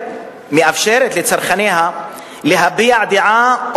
של ילדה בת שבע שנפגעה על-ידי רכב הסעות,